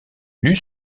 lus